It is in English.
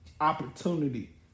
opportunity